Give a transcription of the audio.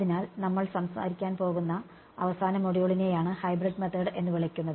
അതിനാൽ നമ്മൾ സംസാരിക്കാൻ പോകുന്ന അവസാന മൊഡ്യൂളിനെയാണ് ഹൈബ്രിഡ് മെത്തേഡ്സ് എന്ന് വിളിക്കുന്നത്